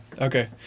okay